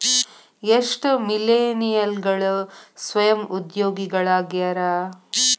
ಎಷ್ಟ ಮಿಲೇನಿಯಲ್ಗಳ ಸ್ವಯಂ ಉದ್ಯೋಗಿಗಳಾಗ್ಯಾರ